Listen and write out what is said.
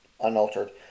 unaltered